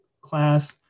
class